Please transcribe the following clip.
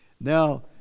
Now